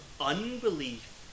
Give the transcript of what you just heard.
unbelief